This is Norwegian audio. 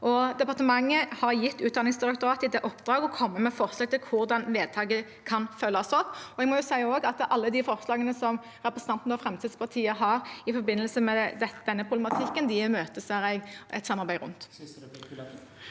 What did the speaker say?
Departementet har gitt Utdanningsdirektoratet i oppdrag å komme med forslag til hvordan vedtak kan følges opp. Jeg må si at alle de forslagene som representanten og Fremskrittspartiet har i forbindelse med denne problematikken, imøteser jeg et samarbeid rundt.